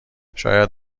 شاید